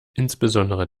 insbesondere